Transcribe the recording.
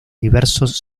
diversos